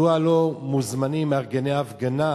מדוע לא מוזמנים מארגני ההפגנה,